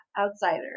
outsider